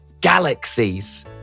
galaxies